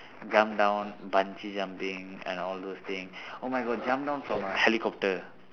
jump down bungee jumping and all those things oh my god jump down from a helicopter